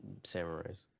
samurais